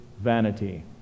vanity